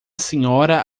senhora